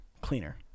cleaner